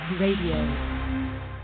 RADIO